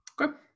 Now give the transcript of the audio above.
Okay